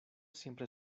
siempre